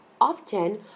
Often